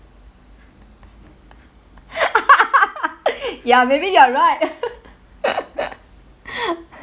ya maybe you're right